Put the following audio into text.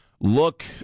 Look